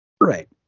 right